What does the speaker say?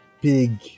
big